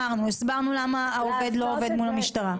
הסברנו למה העובד לא מתנהל מול המשטרה.